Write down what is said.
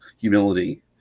humility